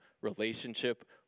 relationship